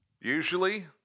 usually